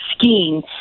skiing